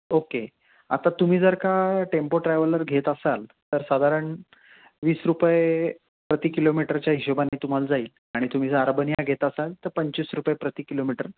okay आता तुम्ही जर का टेम्पो ट्रॅव्हलर घेत असाल तर साधारण वीस रुपये प्रति किलोमीटरच्या हिशेबाने तुम्हाला जाईल आणि तुम्ही जर अर्बनिया घेत असाल तर पंचवीस रुपये प्रति किलोमीटर